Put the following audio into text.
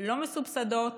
לא מסובסדות